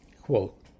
Quote